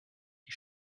die